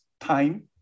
time